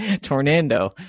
Tornado